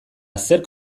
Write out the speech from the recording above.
zerk